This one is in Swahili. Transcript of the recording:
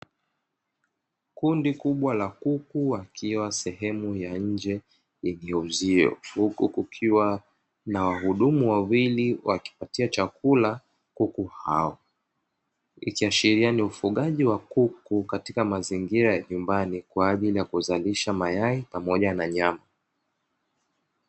Kundi kubwa la kuku wakiwa sehemu ya nje yenye uzio, huku kukiwa na wahudumu wawili wakipatia chakula kuku hao, ikiashiria ni ufugaji wa kuku katika mazingira ya nyumbani, kwa ajili ya kuzalisha mayai pamoja na nyama.